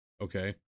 okay